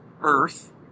earth